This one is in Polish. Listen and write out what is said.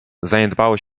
zaniedbało